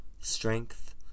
strength